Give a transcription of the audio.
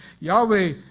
Yahweh